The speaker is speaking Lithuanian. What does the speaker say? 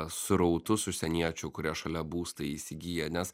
srautus užsieniečių kurie šalia būstą įsigyja nes